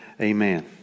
Amen